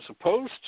opposed